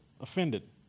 offended